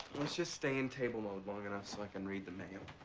let's just stay in table mode long enough so i can read the mail.